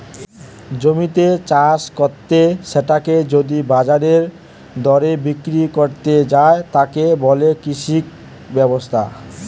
জমিতে চাষ কত্তে সেটাকে যদি বাজারের দরে বিক্রি কত্তে যায়, তাকে বলে কৃষি ব্যবসা